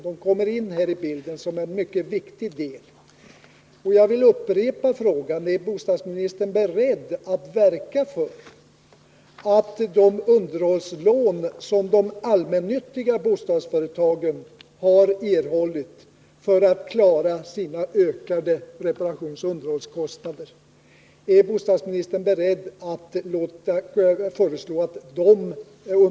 Dessa lån kommer in som en mycket viktig del i bilden, och jag vill upprepa frågan: Är bostadsministern beredd att verka för att de underhållslån som de allmännyttiga bostadsföretagen har erhållit för att klara sina ökade reparationsoch underhållskostnader får avskrivas?